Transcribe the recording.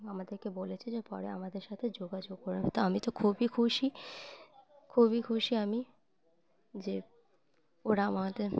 আমাদেরকে বলেছে যে পরে আমাদের সাথে যোগাযোগ করে নেবে তো আমি তো খুবই খুশি খুবই খুশি আমি যে ওরা আমাদের